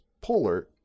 polar